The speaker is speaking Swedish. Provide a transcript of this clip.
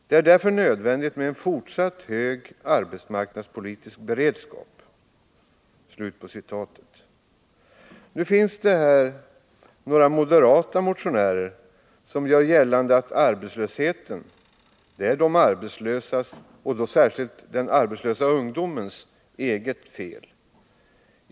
Det är därför angeläget med en fortsatt hög arbetsmarknadspolitisk beredskap.” Några moderata motionärer gör gällande att arbetslösheten är de arbetslösas och då särskilt den arbetslösa ungdomens eget fel.